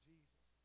Jesus